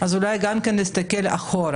אז אולי גם כן נסתכל אחורה.